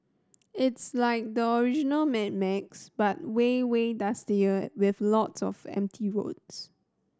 it's like the original Mad Max but way way dustier with lots of empty roads